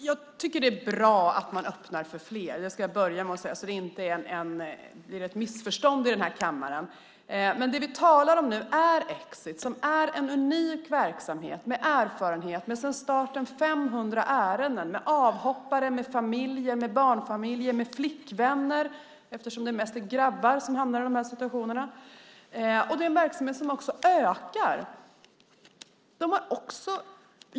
Herr talman! Det är bra att man öppnar för fler. Jag börjar med att säga det så att det inte blir ett missförstånd i kammaren. Vi talar nu om Exits unika verksamhet med erfarenhet och sedan starten 500 ärenden. Det har handlat om avhoppare, familjer, barnfamiljer och flickvänner - eftersom det är mest grabbar som hamnar i dessa situationer. Det är en verksamhet som ökar i omfattning.